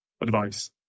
advice